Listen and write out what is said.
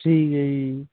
ਠੀਕ ਹੈ ਜੀ